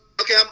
Okay